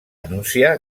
anunciar